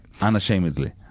Unashamedly